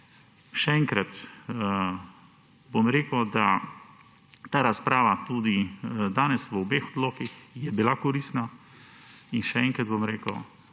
Še enkrat bom rekel, da ta razprava tudi danes, v obeh odlokih, je bila koristna. In še enkrat bom rekel,